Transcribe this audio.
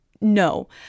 No